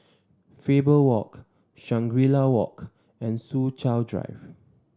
Faber Walk Shangri La Walk and Soo Chow Drive